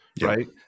right